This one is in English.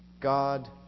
God